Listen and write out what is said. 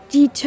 Die